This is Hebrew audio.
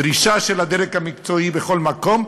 דריסה של הדרג המקצועי בכל מקום,